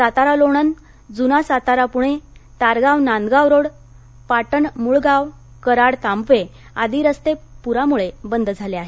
सातारा लोणंद जुना सातारा पुणे तारगाव नांदगाव रोड पाटण मुळगाव कराड तांबवे आदी रस्ते पुरामुळे बंद झाले आहेत